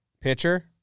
Pitcher